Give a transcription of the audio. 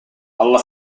alla